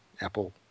Apple